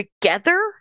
together